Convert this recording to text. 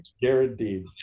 Guaranteed